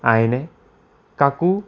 আইনে কাকো